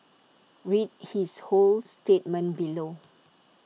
read his whole statement below